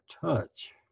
touch